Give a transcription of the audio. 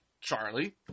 Charlie